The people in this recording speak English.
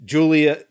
Julia